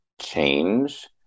change